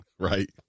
Right